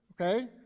okay